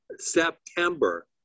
September